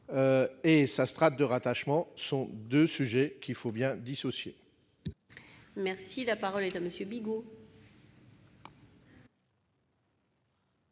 et sa strate de rattachement sont deux sujets qu'il faut bien dissocier. La parole est à M. Jacques Bigot,